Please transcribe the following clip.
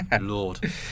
lord